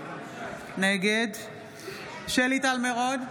נגד שלי טל מירון,